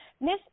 Miss